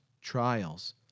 trials